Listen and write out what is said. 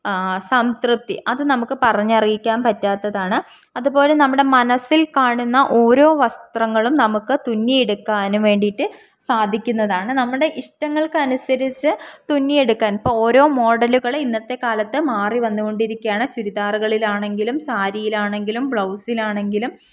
സംതൃപ്തി അത് നമുക്ക് പറഞ്ഞ് അറിയിക്കാൻ പറ്റാത്തതാണ് അതുപോലെ നമ്മുടെ മനസ്സിൽ കാണുന്ന ഓരോ വസ്ത്രങ്ങളും നമുക്ക് തുന്നിയെടുക്കാനും വേണ്ടിയിട്ട് സാധിക്കുന്നതാണ് നമ്മുടെ ഇഷ്ടങ്ങൾക്ക് അനുസരിച്ച് തുന്നിയെടുക്കാൻ ഇപ്പം ഓരോ മോഡലുകൾ ഇന്നത്തെ കാലത്ത് മാറി വന്ന് കൊണ്ടിരിക്കുകയാണ് ചുരിദാറുകളിലാണെങ്കിലും സാരിയിലാണെങ്കിലും ബ്ലൗസിലാണെങ്കിലും